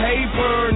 Paper